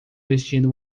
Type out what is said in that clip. vestindo